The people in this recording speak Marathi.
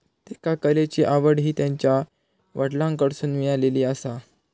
त्येका कलेची आवड हि त्यांच्या वडलांकडसून मिळाली आसा